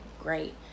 great